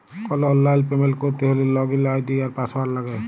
call অললাইল payment ক্যরতে হ্যলে লগইল আই.ডি আর পাসঅয়াড় লাগে